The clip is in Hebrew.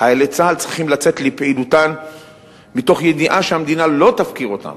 חיילי צה"ל צריכים לצאת לפעילותם מתוך ידיעה שהמדינה לא תפקיר אותם